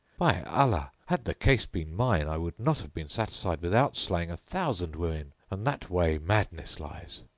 by allah, had the case been mine, i would not have been satisfied without slaying a thousand women and that way madness lies!